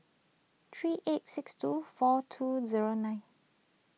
three eight six two four two zero nine